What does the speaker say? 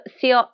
see